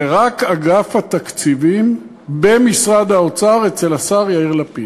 זה אגף התקציבים במשרד האוצר, אצל השר יאיר לפיד.